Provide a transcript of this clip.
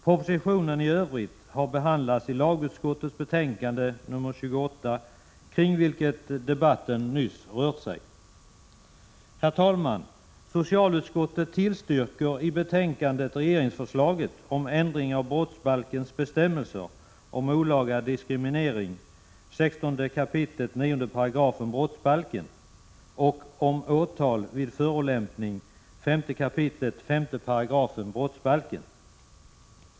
Propositionen i övrigt har behandlats i lagutskottets betänkande nr 28 kring vilket debatten nyss rört sig. Herr talman! Socialutskottet tillstyrker i betänkandet regeringsförslaget om ändring av brottsbalkens bestämmelser om olaga diskriminering och om åtal vid förolämpning .